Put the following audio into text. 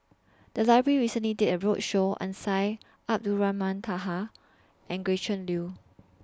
The Library recently did A roadshow on Syed Abdulrahman Taha and Gretchen Liu